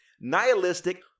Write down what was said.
nihilistic